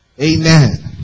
amen